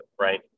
right